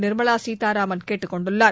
நிர்மலா சீதாராமன் கேட்டுக் கொண்டுள்ளார்